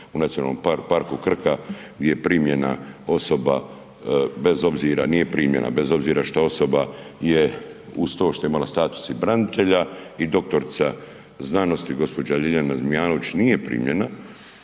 u Nacionalnom parku Krka je primljena osoba bez obzira, nije primljena bez obzira što osoba je uz to što je imala i status branitelja i doktorica znanosti gospođa Ljiljana Zmijanović nije primljena